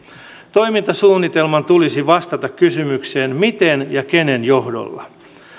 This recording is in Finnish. toimintasuunnitelman tulisi vastata kysymykseen miten ja kenen johdolla